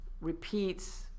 repeats